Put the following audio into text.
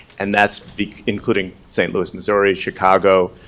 and that's including st. louis, missouri, chicago,